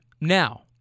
Now